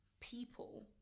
people